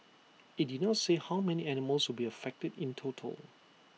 IT did not say how many animals will be affected in total